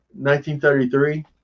1933